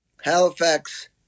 Halifax